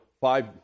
five